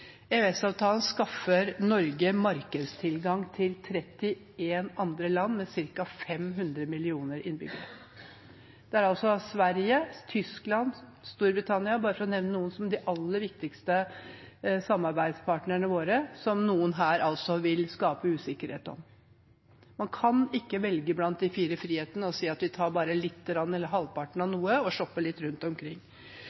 EØS-avtalen skaffer Norge markedstilgang til 31 andre land med ca. 500 millioner innbyggere. Sverige, Tyskland, Storbritannia, bare for å nevne noen av de aller viktigste samarbeidspartnerne våre, vil noen her altså skape usikkerhet om. Man kan ikke velge blant de fire frihetene og si at vi tar bare lite grann eller halvparten av